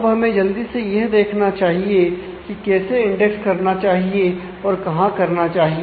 अब हमें जल्दी से यह देखना चाहिए कि कैसे इंडेक्स करना चाहिए और कहां करना चाहिए